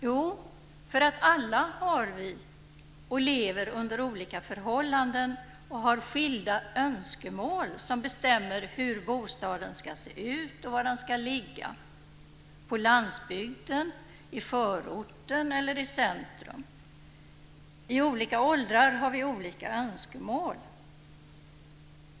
Jo, för att vi alla lever under olika förhållanden och har skilda önskemål som bestämmer hur bostaden ska se ut och var den ska ligga: på landsbygden, i förorten eller i centrum. I olika åldrar har vi olika önskemål.